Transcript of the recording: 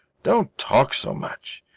don't talk so much.